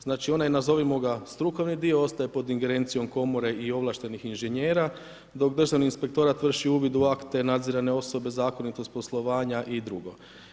Znači ona je nazovimo ga strukovni dio, ostaje pod ingerencijom komore i ovlaštenih inženjera, dok državni inspektorat vrši uvid u akte, nadzirane osobe, zakonitost poslovanja i drugo.